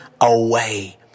away